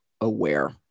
aware